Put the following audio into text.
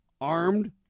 armed